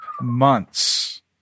months